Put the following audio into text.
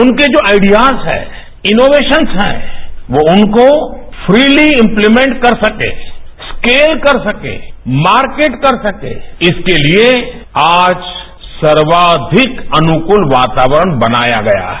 उनके जो आडियाज हैं इनोवेशन्स हैं वो उनको फ्रीली इम्प्लीमेंट कर सके स्केल कर सके मार्किट कर सके इसके लिए आज सर्वाधिक अनुकूल वातावरण बनाया गया है